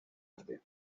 arte